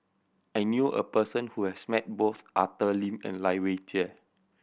I knew a person who has met both Arthur Lim and Lai Weijie